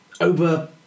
over